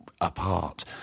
apart